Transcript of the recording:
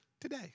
today